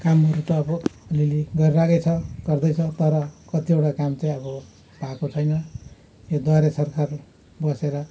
कामहरू त अब अलिअलि गरिरहेकै छ गर्दैछ तर कतिवटा काम चाहिँ अब भएको छैन यो द्वारे सरकार बसेर